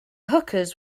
hookahs